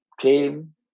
came